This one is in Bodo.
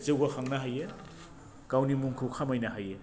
जौगाखांनो हायो गावनि मुंखौ खामायनो हायो